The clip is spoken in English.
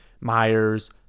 Myers